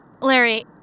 Larry